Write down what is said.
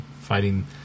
fighting